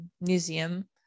museum